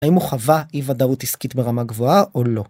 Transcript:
‫האם הוא חווה אי-וודאות עסקית ‫ברמה גבוהה או לא?